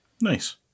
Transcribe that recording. Nice